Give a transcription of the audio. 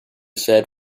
said